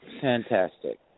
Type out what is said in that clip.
Fantastic